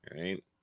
Right